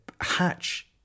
hatch